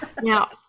now